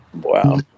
wow